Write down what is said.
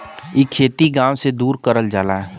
इ खेती गाव से दूर करल जाला